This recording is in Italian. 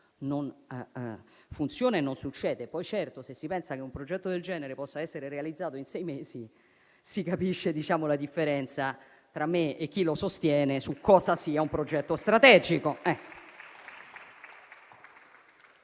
funziona e non si realizza. Poi, certamente, se si pensa che un progetto del genere possa essere realizzato in sei mesi, si capisce la differenza, tra me e chi lo sostiene, su cosa sia un progetto strategico.